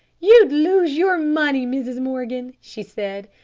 you'd lose your money, mrs. morgan, she said,